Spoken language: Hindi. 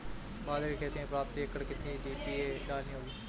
बाजरे की खेती में प्रति एकड़ कितनी डी.ए.पी डालनी होगी?